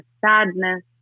sadness